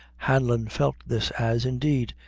hanlon felt this, as, indeed,